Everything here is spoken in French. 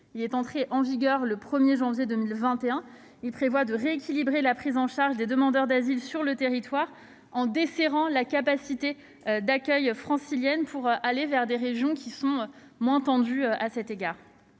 Entré en vigueur le 1 janvier 2021, il prévoit de rééquilibrer la prise en charge des demandeurs d'asile sur le territoire en desserrant la capacité d'accueil francilienne au profit de régions qui sont moins tendues à cet égard.